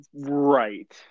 right